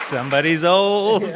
somebody's old.